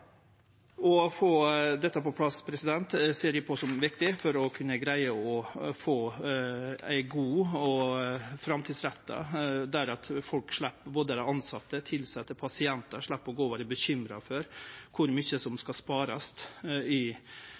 Å få dette på plass ser eg på som viktig for å kunne greie å få det godt og framtidsretta, der både dei tilsette og pasientar slepp å gå og vere bekymra for kor mykje som skal sparast i